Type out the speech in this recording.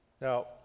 Now